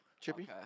Chippy